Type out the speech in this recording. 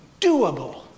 doable